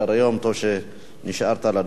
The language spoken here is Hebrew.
טוב שנשארת על הדוכן.